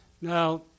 now